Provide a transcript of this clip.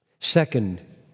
Second